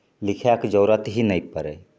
लिखैके जरूरत ही नहि पड़ै